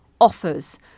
offers